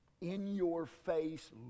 in-your-face